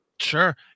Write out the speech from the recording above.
Sure